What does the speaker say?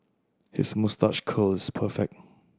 his moustache curl is perfect